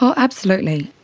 so absolutely.